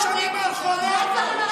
ילדים פגועים ופגועים נפשית?